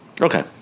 Okay